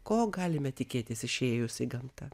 ko galime tikėtis išėjus į gamtą